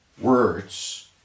words